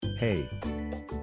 Hey